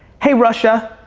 hey, russia,